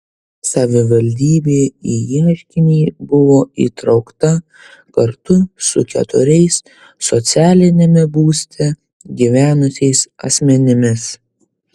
savivaldybė į ieškinį buvo įtraukta kartu su keturiais socialiniame būste gyvenusiais asmenimis